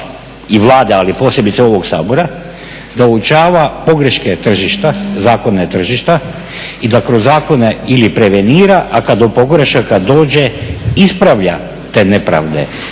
i Vlade, a posebice ovog Sabora da uočava pogreške tržišta, zakona i tržišta i da kroz zakone ili prevenira, a kad da do pogrešaka dođe ispravlja te nepravde.